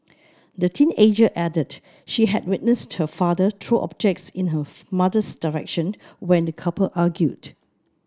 the teenager added she had witnessed her father throw objects in her mother's direction when the couple argued